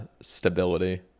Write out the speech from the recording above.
stability